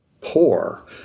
poor